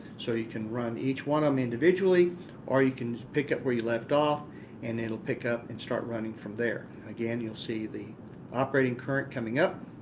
so you can run each one of them individually or you can pick up where you left off and it will pick up and start running from there. again, you'll see the operating current coming up.